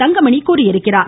தங்கமணி தெரிவித்துள்ளார்